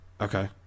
Okay